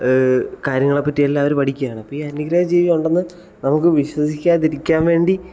കാര്യങ്ങളെപ്പറ്റി എല്ലാം അവർ പഠിക്കുകയാണ് അപ്പം ഈ അന്യഗ്രഹജീവി ഉണ്ടെന്ന് നമുക്ക് വിശ്വസിക്കാതിരിക്കാൻ വേണ്ടി